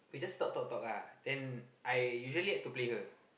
we just talk talk talk ah then I usually had to play her